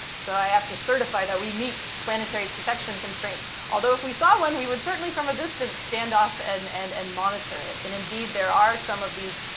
so i have to certify that we meet planetary protection constraints, although if we saw one, we would certainly, from a distance, stand off and and and monitor it, and indeed, there are some of these